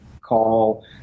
call